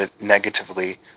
negatively